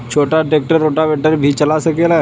छोटा tractor rotavator भी चला सकेला?